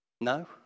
No